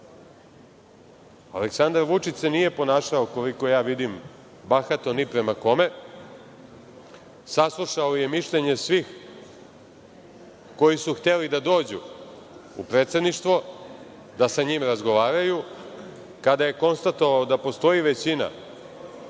16%.Aleksandar Vučić se nije ponašao, koliko ja vidim, bahato ni prema kome. Saslušao je mišljenje svih koji su hteli da dođu u predsedništvo da sa njim razgovaraju. Kada je konstatovao da postoji većina